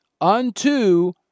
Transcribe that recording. unto